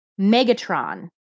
Megatron